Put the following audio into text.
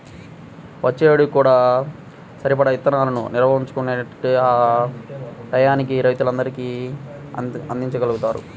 వచ్చే ఏడుకి కూడా సరిపడా ఇత్తనాలను నిల్వ ఉంచుకుంటేనే ఆ టైయ్యానికి రైతులందరికీ అందిచ్చగలుగుతారు